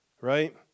Right